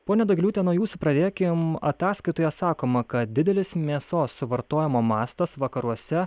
ponia degliūtė nuo jūsų pradėkim ataskaitoje sakoma kad didelis mėsos suvartojimo mastas vakaruose